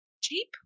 cheap